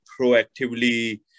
proactively